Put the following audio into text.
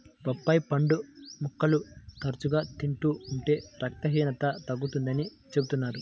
బొప్పాయి పండు ముక్కలు తరచుగా తింటూ ఉంటే రక్తహీనత తగ్గుతుందని చెబుతున్నారు